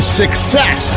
success